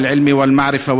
וכתום כברת דרך של חיי הלכה,